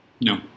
No